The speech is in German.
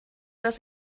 dass